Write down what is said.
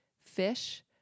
fish